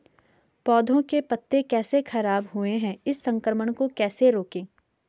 पौधों के पत्ते कैसे खराब हुए हैं इस संक्रमण को कैसे रोकें?